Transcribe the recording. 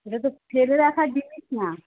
এটা তো ফেলে রাখার জিনিস না